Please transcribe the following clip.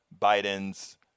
Biden's